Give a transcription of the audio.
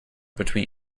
between